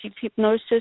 hypnosis